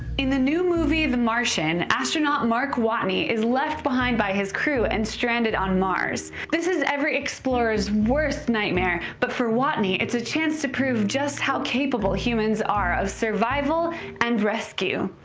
in the new movie the martian, astronaut mark watney is left behind by his crew and stranded on mars. this is every explorer's worst nightmare, but for watney, it's a chance to prove just how capable humans are of survival and rescue.